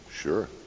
Sure